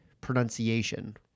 pronunciation